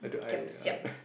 giam siap